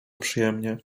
przyjemnie